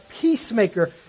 peacemaker